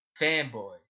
fanboy